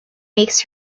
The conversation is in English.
makes